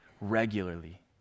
regularly